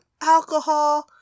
alcohol